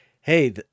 hey